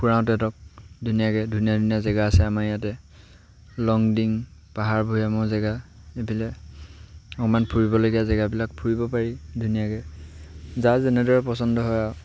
ফুৰাওঁ তেহেতক ধুনীয়াকৈ ধুনীয়া ধুনীয়া জেগা আছে আমাৰ ইয়াতে লং ডিং পাহাৰ ভৈয়ামৰ জেগা এইফালে অকণমান ফুৰিবলগীয়া জেগাবিলাক ফুৰিব পাৰি ধুনীয়াকৈ যাৰ যেনেদৰে পচন্দ হয় আৰু